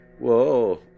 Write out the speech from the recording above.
Whoa